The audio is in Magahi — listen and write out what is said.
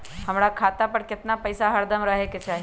हमरा खाता पर केतना पैसा हरदम रहे के चाहि?